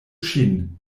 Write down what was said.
ŝin